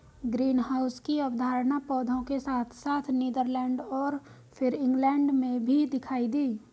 greenhouse की अवधारणा पौधों के साथ साथ नीदरलैंड और फिर इंग्लैंड में भी दिखाई दी